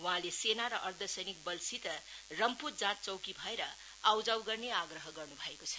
वहाँले सेना र अर्धसैनिक बल सित रम्फु जाँच चौकी भएर आउजाउ गर्ने आग्रह गर्नु भएको छ